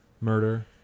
Murder